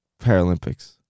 Paralympics